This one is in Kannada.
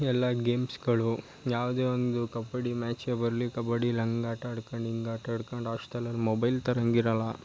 ಎಲ್ಲ ಗೇಮ್ಸ್ಗಳು ಯಾವುದೇ ಒಂದು ಕಬಡ್ಡಿ ಮ್ಯಾಚೆ ಬರಲಿ ಕಬಡ್ಡಿಲಿ ಹಂಗೆ ಆಟ ಆಡ್ಕೊಂಡು ಹಿಂಗೆ ಆಟ ಆಡ್ಕೊಂಡು ಆಸ್ಟೆಲಲ್ಲಿ ಮೊಬೈಲ್ ತರೋಂಗೆ ಇರಲ್ಲ